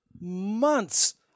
months